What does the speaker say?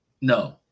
No